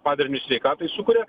padarinius sveikatai sukuria